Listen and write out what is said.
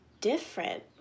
different